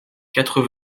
quatre